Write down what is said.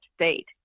state